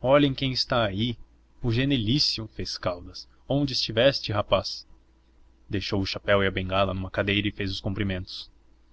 olhem quem está aí o genelício fez caldas onde estiveste rapaz deixou o chapéu e a bengala numa cadeira e fez os cumprimentos